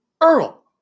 Earl